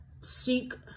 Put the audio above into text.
seek